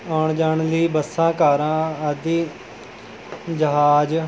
ਆਉਣ ਜਾਣ ਲਈ ਬੱਸਾਂ ਕਾਰਾਂ ਆਦਿ ਜਹਾਜ਼